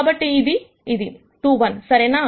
కాబట్టి ఇది 2 1 సరేనా